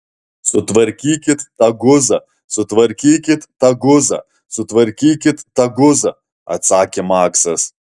sutvarkykit tą guzą sutvarkykit tą guzą sutvarkykit tą guzą atsakė maksas